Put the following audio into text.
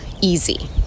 easy